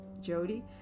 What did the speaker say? Jody